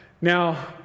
Now